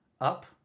Up